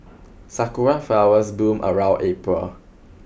sakura flowers bloom around April